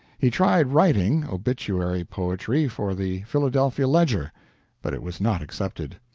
he tried writing obituary poetry, for the philadelphia ledger but it was not accepted.